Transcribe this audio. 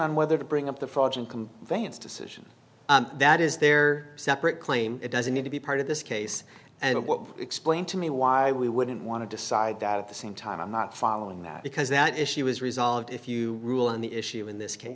on whether to bring up the vanes decision that is their separate claim it doesn't need to be part of this case and what explain to me why we wouldn't want to decide that at the same time i'm not following that because that issue was resolved if you rule on the issue in this case